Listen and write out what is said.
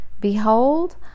Behold